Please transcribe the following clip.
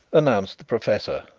announced the professor,